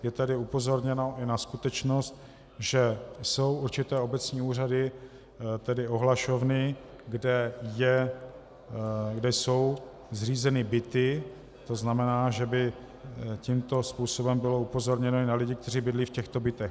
Je tady upozorněno i na skutečnost, že jsou určité obecní úřady, tedy ohlašovny, kde jsou zřízeny byty, tzn. že by tímto způsobem bylo upozorněno i na lidi, kteří bydlí v těchto bytech.